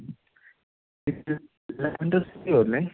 ല്ലേ